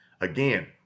again